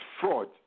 fraud